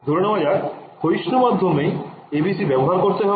ধরে নেওয়া যাক ক্ষয়িষ্ণু মাধ্যমেই ABC ব্যবহার করতে হবে